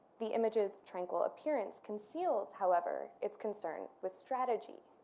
the image's tranquil appearance conceals, however, its concern with strategy.